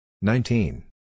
Nineteen